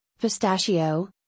pistachio